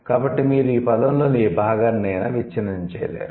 కాబట్టి మీరు ఈ పదo లోని ఏ భాగానైనా విచ్ఛిన్నం చేయలేరు